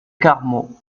carmaux